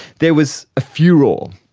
there was a furore,